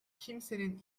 kimsenin